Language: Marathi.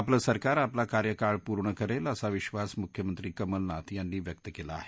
आपलं सरकार आपला कार्यकाळ पूर्ण करेल असा विधास मुख्यमंत्री कमलनाथ यांनी व्यक्त केला आहे